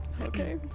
Okay